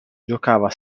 giocava